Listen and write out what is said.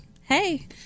Hey